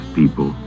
people